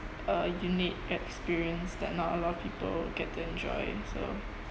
a unique experience that not a lot of people get to enjoy so